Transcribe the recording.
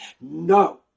No